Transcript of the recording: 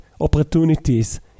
opportunities